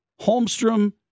Holmstrom